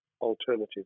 alternative